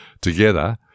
together